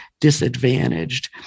disadvantaged